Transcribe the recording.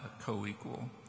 co-equal